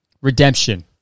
Redemption